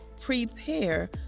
prepare